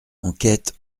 enquête